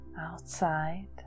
outside